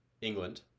England